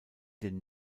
den